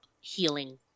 healing